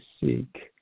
seek